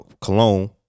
cologne